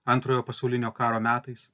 antrojo pasaulinio karo metais